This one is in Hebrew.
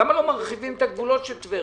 למה לא מרחיבים את הגבולות של טבריה?